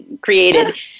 created